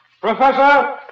Professor